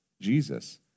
Jesus